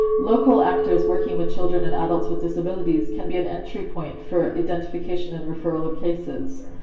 local actors working with children and adults with disabilities can be an entry point for identification and referral of cases.